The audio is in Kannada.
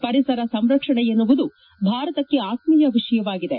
ಪರಿಸರ ಸಂರಕ್ಷಣೆ ಎನ್ನುವುದು ಭಾರತಕ್ಕೆ ಆತ್ಮೀಯ ವಿಷಯವಾಗಿದೆ